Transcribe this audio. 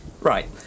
Right